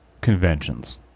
conventions